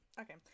Okay